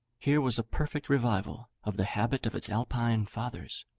here was a perfect revival of the habit of its alpine fathers,